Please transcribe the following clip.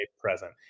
present